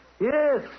Yes